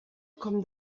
com